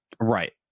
Right